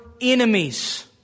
enemies